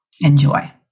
Enjoy